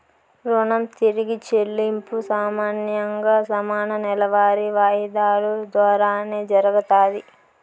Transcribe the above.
రుణం తిరిగి చెల్లింపు సామాన్యంగా సమాన నెలవారీ వాయిదాలు దోరానే జరగతాది